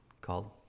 called